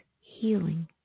healing